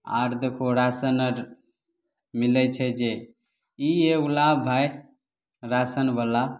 आर देखहो राशन आर मिलैत छै जे ई एगो लाभ भाइ राशन बला